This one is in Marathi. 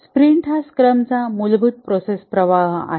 स्प्रिंट हा स्क्रमचा मूलभूत प्रोसेस प्रवाह आहे